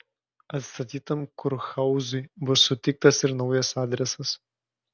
atstatytam kurhauzui bus suteiktas ir naujas adresas